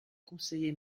conseillait